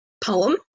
poem